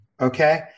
okay